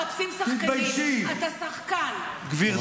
בהבימה מחפשים שחקנים, אתה שחקן, עושה שקר בנפשך.